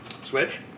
switch